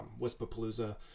Wispapalooza